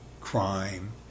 crime